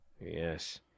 Yes